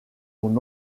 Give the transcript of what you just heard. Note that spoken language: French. mon